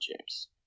James